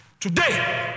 Today